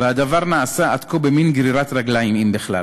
והדבר נעשה עד כה במין גרירת רגליים, אם בכלל.